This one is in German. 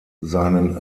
seinen